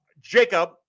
Jacob